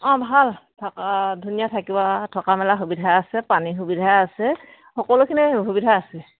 অঁ ভাল থকা ধুনীয়া থাকিব থকা মেলা সুবিধা আছে পানীৰ সুবিধা আছে সকলোখিনি সুবিধা আছে